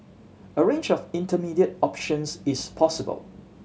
a range of intermediate options is possible